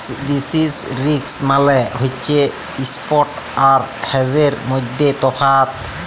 basis risk মালে হছে ইস্প্ট আর হেজের মইধ্যে তফাৎ